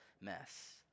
mess